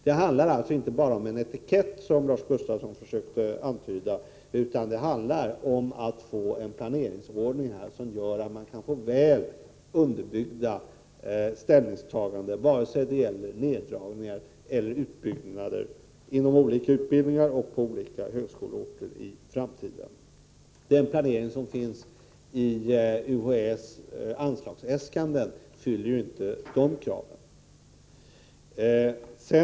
| Det handlar alltså inte bara om en etikett, som Lars Gustafsson försökte antyda, utan om att åstadkomma en planeringsordning som gör att vi i framtiden kan få väl underbyggda ställningstaganden, vare sig det gäller neddragningar eller utbyggnader inom olika utbildningar och på olika högskoleorter. Den planering som finns i UHÄ:s anslagsäskanden fyller inte de kraven.